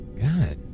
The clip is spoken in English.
God